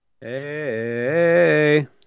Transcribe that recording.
Hey